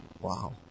Wow